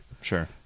Sure